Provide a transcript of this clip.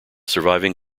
surviving